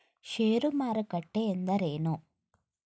ಷೇರು ಮಾರುಕಟ್ಟೆ ಎಂದರೇನು?